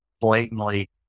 blatantly